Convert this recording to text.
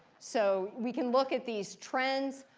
so we can look at these trends.